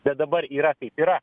bet dabar yra kaip yra